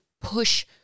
push